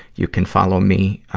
you can follow me, ah,